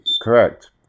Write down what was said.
Correct